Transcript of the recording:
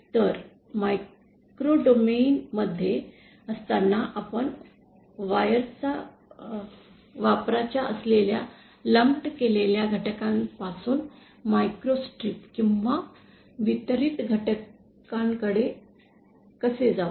तर microwave domain मध्ये असताना आपण वापरायच्या असलेल्या लंप केलेल्या घटकांपासून मायक्रोस्ट्रिप किंवा वितरित घटकांकडे कसे जाऊ